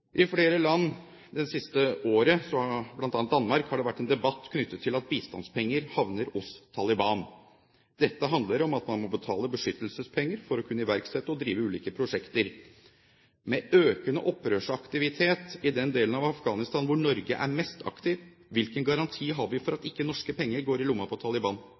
I flere land, bl.a. Danmark, har det det siste året vært en debatt knyttet til at bistandspenger havner hos Taliban. Det handler om at man må betale beskyttelsespenger for å kunne iverksette og drive ulike prosjekter. Med økende opprørsaktivitet i den delen av Afghanistan hvor Norge er mest aktiv, hvilken garanti har vi for at norske penger ikke går i lommen på Taliban?